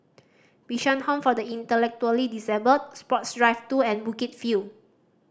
Bishan Home for the Intellectually Disabled Sports Drive Two and Bukit View